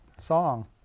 song